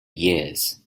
years